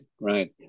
right